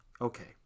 okay